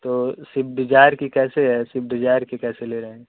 तो Swift Dzire की कैसे है सिफ्ट डिजायर की कैसे ले रहे हैं